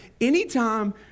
anytime